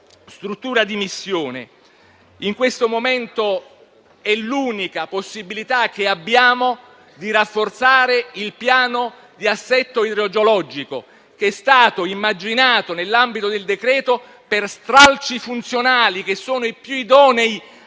struttura di missione, che in questo momento è l'unica possibilità che abbiamo di rafforzare il piano di assetto idrogeologico immaginato nell'ambito del decreto per stralci funzionali, che sono i più idonei